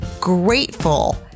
grateful